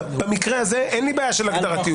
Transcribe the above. במקרה הזה אין לי בעיה של הגדרת איום.